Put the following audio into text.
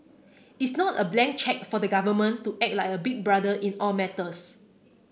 it's not a blank cheque for the government to act like a big brother in all matters